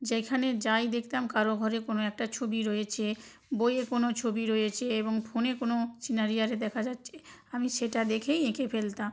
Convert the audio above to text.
যেইখানে যাই দেখতাম কারো ঘরে কোনও একটা ছবি রয়েছে বইয়ে কোনও ছবি রয়েছে এবং ফোনে কোনও সিনারি আছে দেখা যাচ্ছে আমি সেটা দেখেই এঁকে ফেলতাম